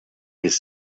his